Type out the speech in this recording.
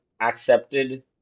accepted